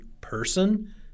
person